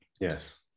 Yes